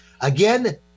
Again